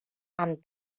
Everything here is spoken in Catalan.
amb